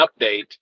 update